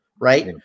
right